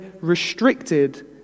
restricted